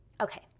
Okay